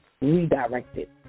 redirected